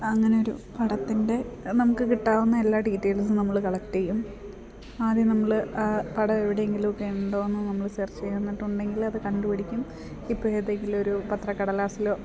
അങ്ങനെെയൊരു പടത്തിൻ്റെ നമുക്ക് കിട്ടാവുന്ന എല്ലാ ഡീറ്റേയ്ൽസും നമ്മൾ കളക്റ്റ് ചെയ്യും ആദ്യം നമ്മൾ ആ പടം എവിടെയെങ്കിലുമൊക്കെ ഉണ്ടോയെന്നു നമ്മൾ സെർച്ച് ചെയ്യും എന്നിട്ടുണ്ടെങ്കിൽ അത് കണ്ടുപിടിക്കും ഇപ്പോൾ ഏതെങ്കിലുമൊരു പത്രക്കടലാസിലോ